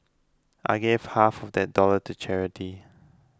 I gave half of that dollars to charity